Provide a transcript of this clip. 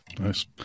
nice